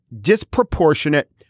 Disproportionate